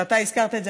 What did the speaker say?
ואתה הזכרת את זה,